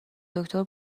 دکتر